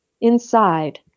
inside